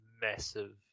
massive